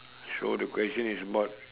so the question is about